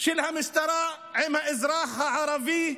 של המשטרה עם האזרח הערבי,